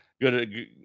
Good